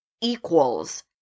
equals